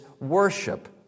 worship